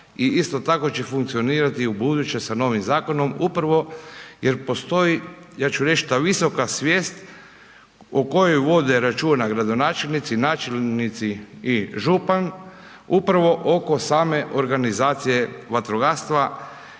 i isto tako će funkcionirati i ubuduće sa novim zakonom upravo jer postoji, ja ću reći ta visoka svijest o kojoj vode računa gradonačelnici, načelnici i župan upravo oko same organizacije vatrogastva